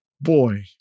boy